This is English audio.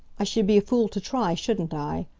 i should be a fool to try, shouldn't i?